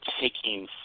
taking